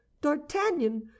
d'artagnan